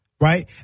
right